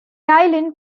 island